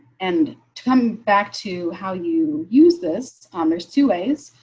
and to come back to how you use this. um there's two ways.